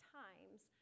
times